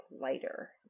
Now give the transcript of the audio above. lighter